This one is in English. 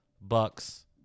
Bucks